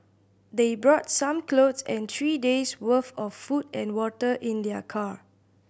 they brought some clothes and three days worth of food and water in their car